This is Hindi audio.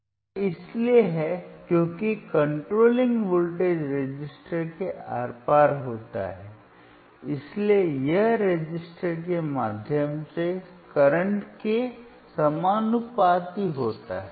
ऐसा इसलिए है क्योंकि कंट्रोलिंग वोल्टेज रेसिस्टर के आर पार होता है इसलिए यह रेसिस्टर के माध्यम से करंट के समानुपाती होता है